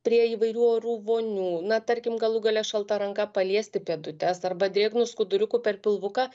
prie įvairių orų vonių na tarkim galų gale šalta ranka paliesti pėdutes arba drėgnu skuduriuku per pilvuką